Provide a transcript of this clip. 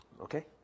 Okay